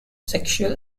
sexual